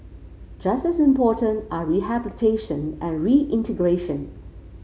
just as important are rehabilitation and reintegration